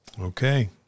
Okay